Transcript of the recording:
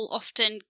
often